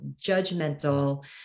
judgmental